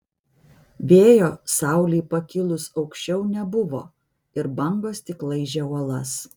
vėjo saulei pakilus aukščiau nebuvo ir bangos tik laižė uolas